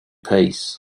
peace